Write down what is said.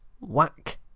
whack